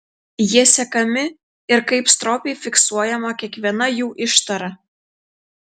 jie sekami ir kaip stropiai fiksuojama kiekviena jų ištara